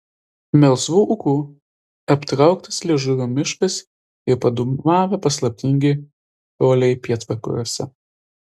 melsvu ūku aptrauktas liežuvio miškas ir padūmavę paslaptingi toliai pietvakariuose